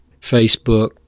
Facebook